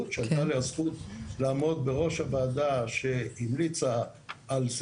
אני איזה חודש לפני שמעתי במקרה על כתבה